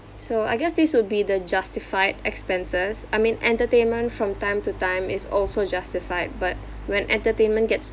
so I guess this would be the justified expenses I mean entertainment from time to time is also justified but when entertainment gets